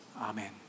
Amen